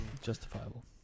Justifiable